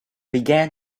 began